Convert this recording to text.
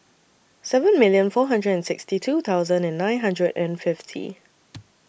seven million four hundred and sixty two thousand and nine hundred and fifty